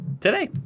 today